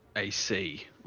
AC